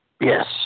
Yes